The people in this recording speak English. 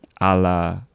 Allah